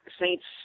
Saints